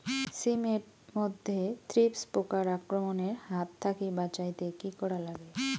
শিম এট মধ্যে থ্রিপ্স পোকার আক্রমণের হাত থাকি বাঁচাইতে কি করা লাগে?